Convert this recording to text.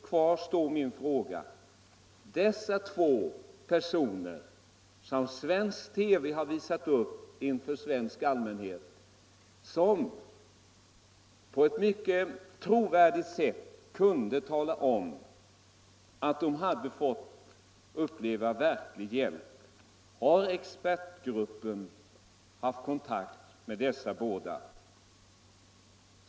Kvar står min fråga: Har expertgruppen haft kontakt med de två personer som TV visat upp inför svensk allmänhet och som på ett mycket trovärdigt sätt kunde tala om att de hade fått uppleva verkligheten att detta naturläkemedel hjälpt dem?